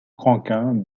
rankin